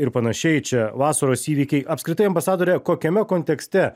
ir panašiai čia vasaros įvykiai apskritai ambasadore kokiame kontekste